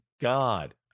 God